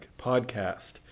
Podcast